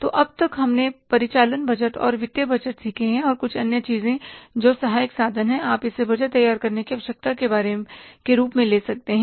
तो अब तक हमने परिचालन बजट और वित्तीय बजट सीखे हैं और कुछ अन्य चीजें जो सहायक साधन हैं आप इसे बजट तैयार करने की आवश्यकता के रूप में ले सकते हैं